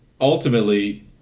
ultimately